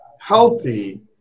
healthy